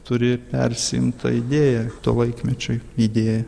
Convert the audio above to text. turi persimt ta to laikmečio idėja